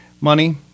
money